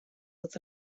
dat